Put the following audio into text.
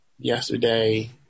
Yesterday